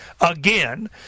again